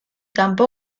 kanpo